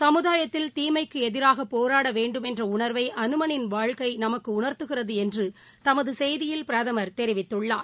சமுதாயத்தில் தீமைக்கு எதிராக போராட வேண்டும் என்ற உணர்வை அனுமானின் வாழ்க்கை நமக்கு உணர்த்துகிறது என்று தமது செய்தியில் பிரதமர் தெரிவித்துள்ளார்